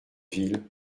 ville